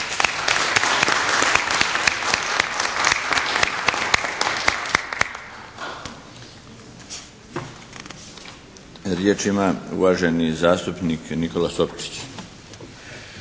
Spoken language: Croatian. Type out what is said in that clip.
Riječ ima uvaženi zastupnik Nikola Sopčić.